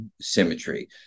symmetry